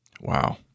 Wow